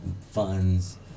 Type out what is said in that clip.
funds